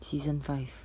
season five